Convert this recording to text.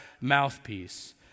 mouthpiece